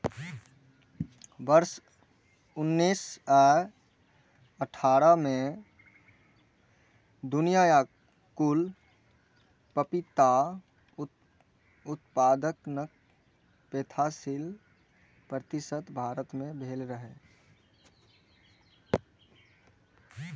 वर्ष उन्नैस सय अट्ठारह मे दुनियाक कुल पपीता उत्पादनक पैंतालीस प्रतिशत भारत मे भेल रहै